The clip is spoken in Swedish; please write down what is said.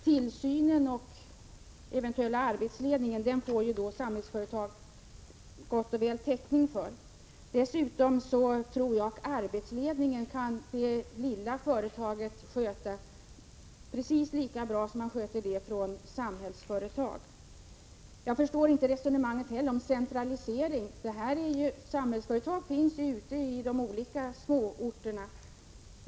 Tillsynen och den eventuella arbetsledningen får Samhällsföretag gott och väl täckning för. Dessutom tror jag att det lilla företaget kan sköta arbetsledningen lika bra som Samhällsföretag. Jag förstår inte heller resonemanget om centralstyrning. Samhällsföretag finns ju ute i de olika småorterna.